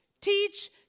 teach